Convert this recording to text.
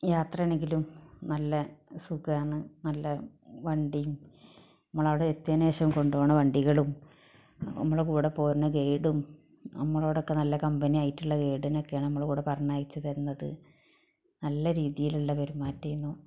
യാത്ര ആണെങ്കിലും നല്ല സുഖമാണ് നല്ല വണ്ടിയും നമ്മൾ അവിടെ എത്തിയതിന് ശേഷം കൊണ്ടോണ വണ്ടികളും നമ്മളെ കൂടെ പോരണ ഗൈഡും നമ്മളോടൊക്കെ നല്ല കമ്പനിയായിട്ടുള്ള ഗൈഡിനെ ഒക്കെയാണ് നമ്മുടെ കൂടെ പറഞ്ഞ് അയച്ച് തരുന്നത് നല്ല രീതിയിലുള്ള പെരുമാറ്റേന്നു